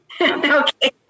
Okay